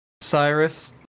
Cyrus